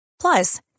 Plus